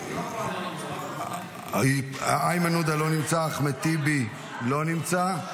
בבקשה, איימן עודה לא נמצא, אחמד טיבי, לא נמצא.